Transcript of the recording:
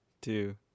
two